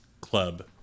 club